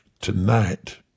tonight